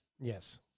Yes